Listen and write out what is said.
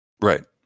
right